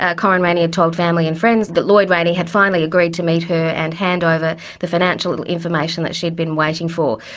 ah corryn rayney had told family and friends that lloyd rayney had finally agreed to meet her and hand over the financial information that she'd been waiting for,